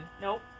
Nope